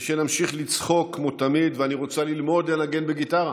ושנמשיך לצחוק כמו תמיד ואני רוצה ללמוד לנגן בגיטרה.